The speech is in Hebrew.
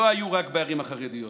לא היו רק בערים החרדיות.